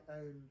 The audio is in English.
own